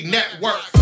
Network